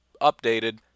updated